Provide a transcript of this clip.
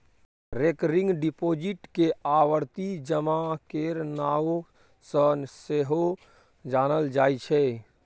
recurring deposit केँ आवर्ती जमा केर नाओ सँ सेहो जानल जाइ छै